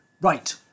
Right